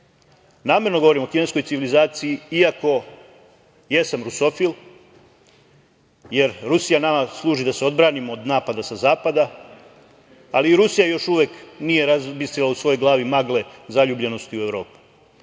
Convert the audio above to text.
Namerno govorim kineskoj civilizaciji iako jesam rusofil, jer Rusija nama služi da se odbranimo od napada sa zapada, ali i Rusija još uvek nije razbistrila u svojoj glavi magle zaljubljenosti u Evropu.